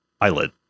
eyelid